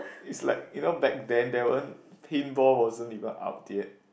is like you know back then there weren't paintball wasn't even out yet